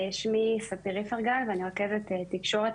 אני רכזת תקשורת,